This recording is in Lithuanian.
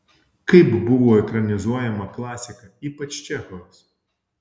kaip buvo ekranizuojama klasika ypač čechovas